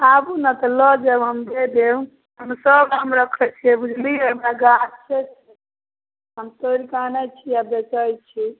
आबू ने तऽ लऽ जाएब हम दऽ देब हम सब आम रखै छिए बुझलिए हमरा गाछे छै हम तोड़िकऽ आनै छी आओर बेचै छी